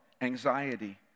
anxiety